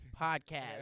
podcast